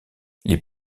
les